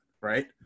right